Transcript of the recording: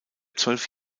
zwölf